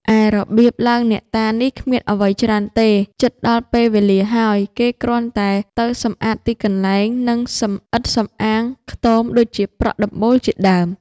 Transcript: ឯរបៀបឡើងអ្នកតានេះគ្មានអ្វីច្រើនទេ ជិតដល់ពេលវេលាហើយ គេគ្រាន់តែទៅសំអាតទីកន្លែង និងសម្អិតសម្អាងខ្ទមដូចជាប្រក់ដំបូលជាដើម ។